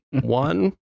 one